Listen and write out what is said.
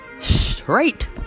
straight